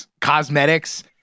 cosmetics